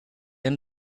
end